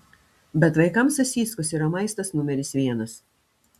bet vaikams sasyskos yra maistas numeris vienas